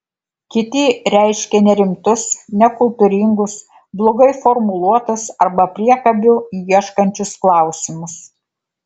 kiti reiškė nerimtus nekultūringus blogai formuluotus arba priekabių ieškančius klausimus